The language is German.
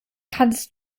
kannst